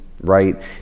right